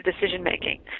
decision-making